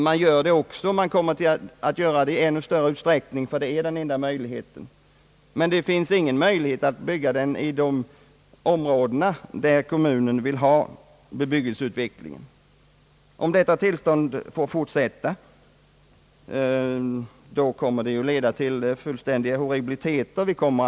Man gör det också och kommer att göra det i ännu större utsträckning, ty det är den enda möjligheten som för många står till buds. Däremot är det omöjligt att få bygga den i de områden, där kommunen vill ha bebyggelseutveckling. Om det tillståndet får fortsätta, kommer det att leda till fullständigt horribla förhållanden.